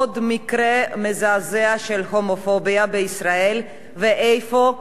עוד מקרה מזעזע של הומופוביה בישראל, ואיפה?